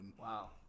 Wow